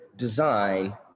design